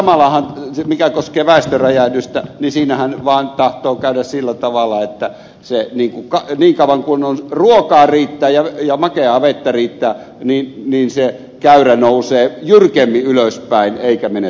samalla mikä koskee väestöräjähdystä siinähän vaan tahtoo käydä sillä tavalla että niin kauan kuin ruokaa ja makeaa vettä riittää se käyrä nousee jyrkemmin ylöspäin eikä mene tasaisesti